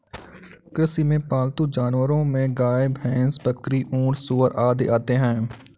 कृषि में पालतू जानवरो में गाय, भैंस, बकरी, ऊँट, सूअर आदि आते है